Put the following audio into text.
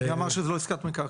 מי אמר שזו לא עסקת מקרקעין.